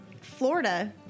Florida